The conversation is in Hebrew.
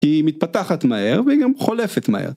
היא מתפתחת מהר והיא גם חולפת מהר.